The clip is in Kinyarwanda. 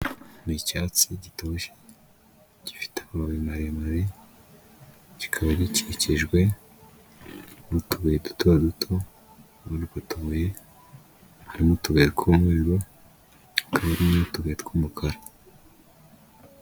Ni icyatsi gitoshye, gifite amababi maremare, kikaba gikikijwe n'utubuye duto duto, muri utwo tubuye harimo utubuye tw'umweru, hakaba harimo n'utubuye tw'umukara